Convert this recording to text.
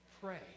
Pray